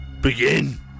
begin